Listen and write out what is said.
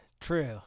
True